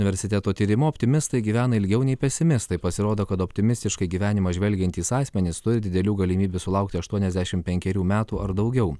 universiteto tyrimu optimistai gyvena ilgiau nei pesimistai pasirodo kad optimistiškai į gyvenimą žvelgiantys asmenys turi didelių galimybių sulaukti aštuoniasdešimt penkerių metų ar daugiau